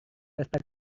pesta